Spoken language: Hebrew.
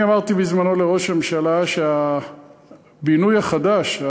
אני אמרתי בזמנו לראש הממשלה שהבינוי החדש,